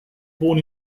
born